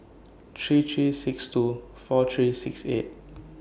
three three six two four three six eight